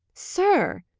sir!